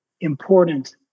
important